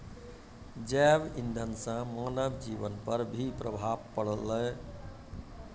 जैव इंधन से मानव जीबन पर भी प्रभाव पड़लै